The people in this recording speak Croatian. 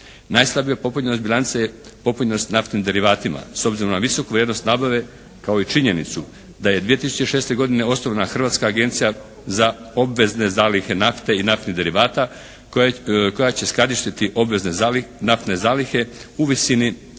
Najslabija popunjenost bilance je popunjenost naftnim derivatima. S obzirom na visoku vrijednost nabave kao i činjenicu da je 2006. godine osnovana Hrvatska agencija za obvezne zalihe nafte i naftnih derivata koja će skladištiti obvezne naftne zalihe u visini 90